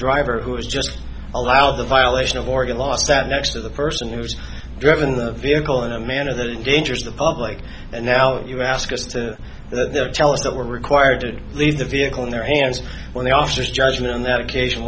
driver who is just allowed the violation of oregon law sat next to the person who's driving the vehicle in a manner that is dangerous to the public and now if you ask us to tell us that we're required to leave the vehicle in their hands when the officers judgment on that occasion